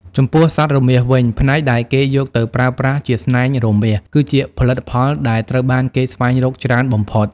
ចំពោះសត្វរមាសវិញ ផ្នែកដែលគេយកទៅប្រើប្រាស់ជាស្នែងរមាស គឺជាផលិតផលដែលត្រូវបានគេស្វែងរកច្រើនបំផុត។